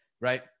right